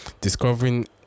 discovering